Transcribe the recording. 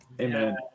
Amen